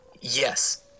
yes